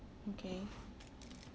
okay